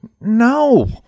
No